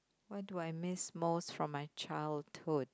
what do I miss most from my childhood